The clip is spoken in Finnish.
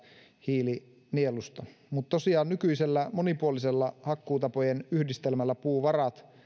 hiilinielusta mutta tosiaan nykyisellä monipuolisella hakkuutapojen yhdistelmällä puuvarat